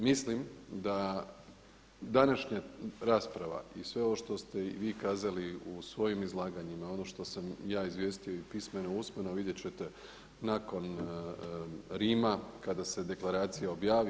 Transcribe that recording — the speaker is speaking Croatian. Mislim da današnja rasprava i sve ovo što ste i vi kazali u svojim izlaganjima, ono što sam ja izvijestio i pismeno i usmeno, a vidjet ćete nakon Rima kada se deklaracija objavi.